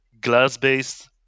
glass-based